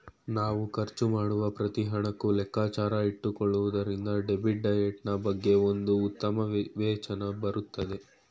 ನಾವ್ ಖರ್ಚು ಮಾಡುವ ಪ್ರತಿ ಹಣಕ್ಕೂ ಲೆಕ್ಕಾಚಾರ ಇಟ್ಟುಕೊಳ್ಳುವುದರಿಂದ ಡೆಬಿಟ್ ಡಯಟ್ ನಾ ಬಗ್ಗೆ ಒಂದು ಉತ್ತಮ ವಿವೇಚನೆ ಬರುತ್ತದೆ